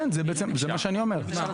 אתם